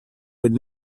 would